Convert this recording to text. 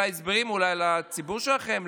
לציבור שלכם,